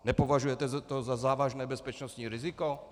Nepovažujete to za závažné bezpečnostní riziko?